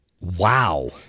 Wow